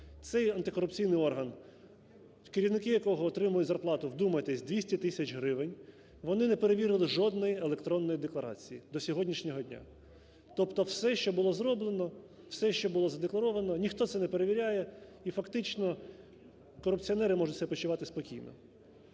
цей антикорупційний орган, керівники якого отримують зарплату – вдумайтесь! – в 200 тисяч гривень, вони не перевірили жодної електронної декларації до сьогоднішнього дня. Тобто все, що було зроблено, все, що було задекларовано, ніхто це не перевіряє, і фактично корупціонери можуть себе почувати спокійно.